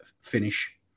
finish